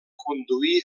conduir